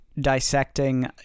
dissecting